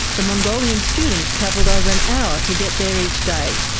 the mongolian students travelled over an hour to get there each day,